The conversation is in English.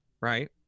Right